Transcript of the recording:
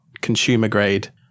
consumer-grade